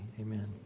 amen